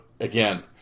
again